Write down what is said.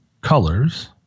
colors